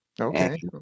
Okay